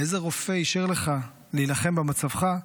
איזה רופא אישר לך להילחם במצבך?